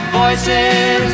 voices